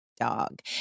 dog